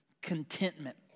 contentment